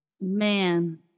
man